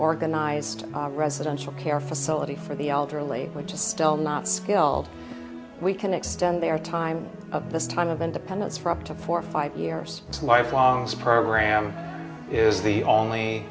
organized residential care facility for the elderly which is still not skilled we can extend their time of this time of independence for up to four five years lifelong program is the only